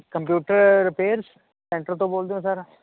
computer repair centre ਤੋਂ ਬੋਲਦੇ ਹੋ ਸਰ